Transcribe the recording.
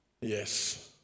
Yes